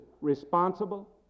responsible